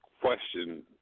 question